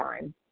time